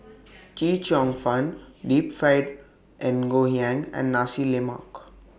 Chee Cheong Fun Deep Fried Ngoh Hiang and Nasi Lemak